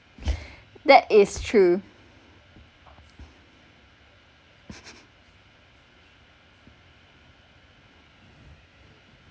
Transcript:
that is true